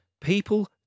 People